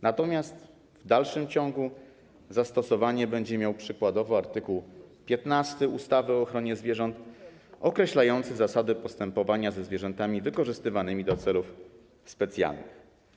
Natomiast w dalszym ciągu zastosowanie będzie miał przykładowo art. 15 ustawy o ochronie zwierząt, określający zasady postępowania ze zwierzętami wykorzystywanymi do celów specjalnych.